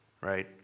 right